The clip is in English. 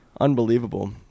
Unbelievable